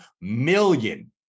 million